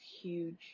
huge